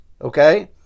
okay